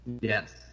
Yes